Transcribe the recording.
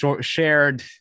shared